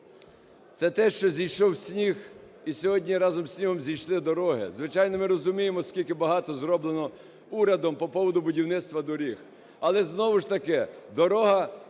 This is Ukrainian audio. …це те, що зійшов сніг, і сьогодні разом зі снігом зійшли дороги. Звичайно, ми розуміємо, скільки багато зроблено урядом по поводу будівництва доріг. Але знову ж таки дорога